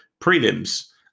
prelims